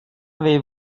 avez